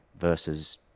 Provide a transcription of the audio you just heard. versus